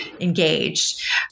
engaged